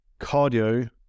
cardio